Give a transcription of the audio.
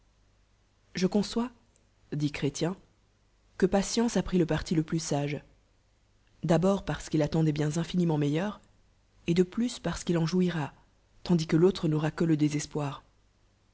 je conçois dit chrétien que pa tieuce a pris le parti le plus sage d abord parce qu'il attend des biens ioliuimcnt meilleurs et de plus par ce qu'il en jouira tandis que autre n'aura que le désespoir